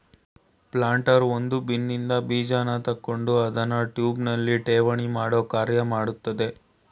planter ಒಂದು ಬಿನ್ನಿನ್ದ ಬೀಜನ ತಕೊಂಡು ಅದ್ನ ಟ್ಯೂಬ್ನಲ್ಲಿ ಠೇವಣಿಮಾಡೋ ಕಾರ್ಯ ಮಾಡ್ತದೆ